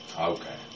Okay